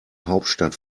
hauptstadt